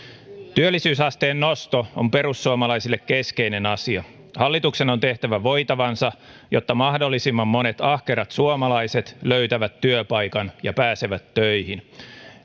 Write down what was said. työllisyysasteen nosto on perussuomalaisille keskeinen asia hallituksen on tehtävä voitavansa jotta mahdollisimman monet ahkerat suomalaiset löytävät työpaikan ja pääsevät töihin